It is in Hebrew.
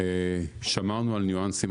שמרנו על ניואנסים,